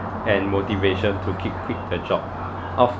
and motivation to keep quit the job of